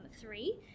three